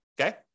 okay